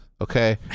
okay